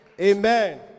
Amen